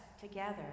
together